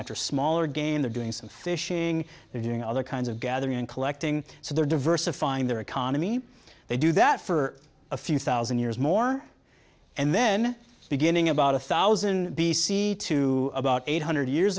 after smaller game they're doing some fishing they're doing other kinds of gathering and collecting so they're diversifying their economy they do that for a few thousand years more and then beginning about one thousand b c to about eight hundred years